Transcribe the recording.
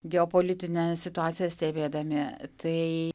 geopolitinę situaciją stebėdami tai